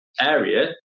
area